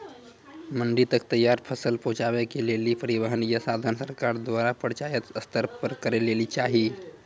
मंडी तक तैयार फसलक पहुँचावे के लेल परिवहनक या साधन सरकार द्वारा पंचायत स्तर पर करै लेली चाही?